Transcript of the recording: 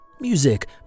Music